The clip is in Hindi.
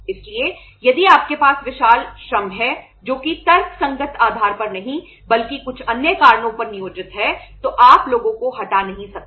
इसलिए यदि आपके पास विशाल श्रम है जो कि तर्कसंगत आधार पर नहीं बल्कि कुछ अन्य कारणों पर नियोजित है तो आप लोगों को हटा नहीं सकते